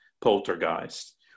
poltergeist